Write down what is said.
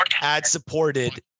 ad-supported